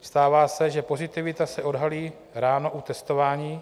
Stává se, že pozitivita se odhalí ráno u testování.